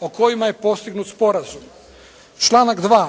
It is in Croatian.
o kojima je postignut sprazum. Članak 2.